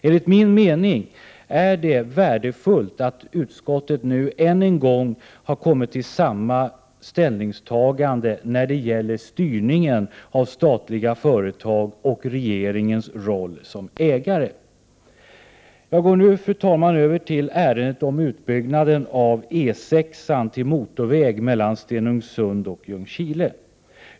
Enligt min mening är det värdefullt att utskottet nu än en gång har kommit till samma ställningstagande när det gäller styrningen av statliga företag och regeringens roll som ägare. Jag går nu över till ärendet om utbyggnaden av E 6 till motorväg mellan Stenungsund och Ljungskile.